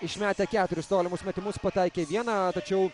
išmetę keturis tolimus metimus pataikė vieną tačiau